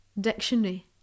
dictionary